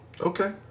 Okay